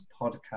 podcast